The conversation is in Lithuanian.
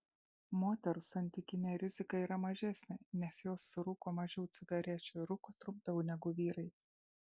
moterų santykinė rizika yra mažesnė nes jos surūko mažiau cigarečių ir rūko trumpiau negu vyrai